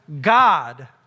God